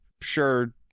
sure